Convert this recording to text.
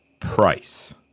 price